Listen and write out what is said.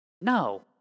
No